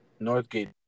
Northgate